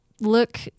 look